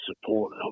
support